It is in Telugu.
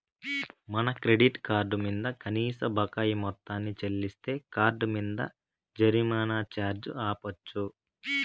మన క్రెడిట్ కార్డు మింద కనీస బకాయి మొత్తాన్ని చెల్లిస్తే కార్డ్ మింద జరిమానా ఛార్జీ ఆపచ్చు